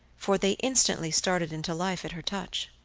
for they instantly started into life at her touch.